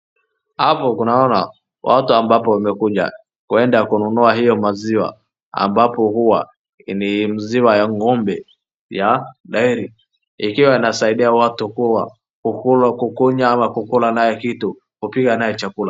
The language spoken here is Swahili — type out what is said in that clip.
Hapo tunaona watu ambapo wamekuja kuenda kununua hiyo maziwa ambapo huwa ni maziwa ya ng'ombe ya dairy , ikiwa inasaidia watu kuwa kukunjwa ama kukula nayo kitu, kupika nayo chakula.